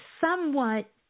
somewhat